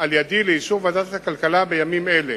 על-ידי לאישור ועדת הכלכלה בימים אלה.